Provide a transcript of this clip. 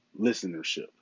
listenership